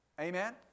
Amen